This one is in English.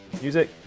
Music